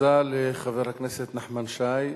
תודה לחבר הכנסת נחמן שי.